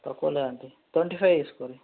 తక్కువలే aunty twenty five తీసుకోండి